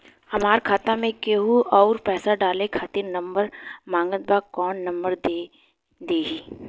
हमार खाता मे केहु आउर पैसा डाले खातिर नंबर मांगत् बा कौन नंबर दे दिही?